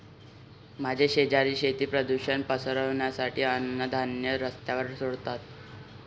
माझे शेजारी शेती प्रदूषण पसरवण्यासाठी अन्नधान्य रस्त्यावर सोडतात